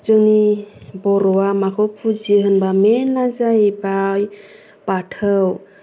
जोंनि बर'आ माखौ फुजियो होनब्ला मेइनआ जाहैबाय बाथौ